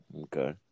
Okay